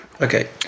Okay